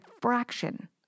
fraction